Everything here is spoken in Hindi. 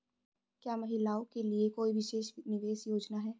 क्या महिलाओं के लिए कोई विशेष निवेश योजना है?